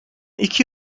iki